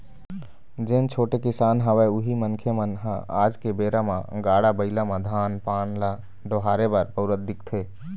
जेन छोटे किसान हवय उही मनखे मन ह आज के बेरा म गाड़ा बइला म धान पान ल डोहारे बर बउरत दिखथे